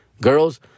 Girls